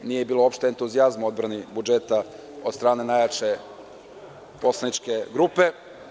Nije bilo entuzijazma u odbrani budžeta od strane najjače poslaničke grupe.